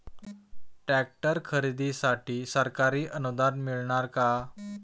Tractor खरेदीसाठी सरकारी अनुदान मिळणार का?